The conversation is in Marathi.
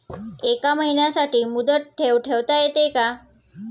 एका महिन्यासाठी मुदत ठेव ठेवता येते का?